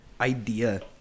idea